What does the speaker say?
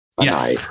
Yes